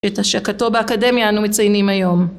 את השקתו באקדמיה אנו מציינים היום.